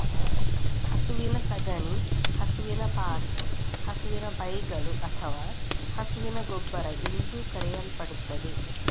ಹಸುವಿನ ಸಗಣಿ ಹಸುವಿನ ಪಾಟ್ಸ್, ಹಸುವಿನ ಪೈಗಳು ಅಥವಾ ಹಸುವಿನ ಗೊಬ್ಬರ ಎಂದೂ ಕರೆಯಲ್ಪಡುತ್ತದೆ